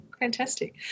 fantastic